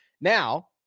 Now